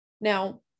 Now